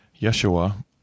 Yeshua